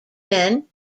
men